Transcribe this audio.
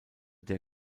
der